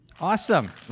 Awesome